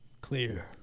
Clear